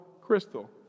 Crystal